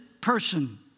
person